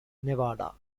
nevada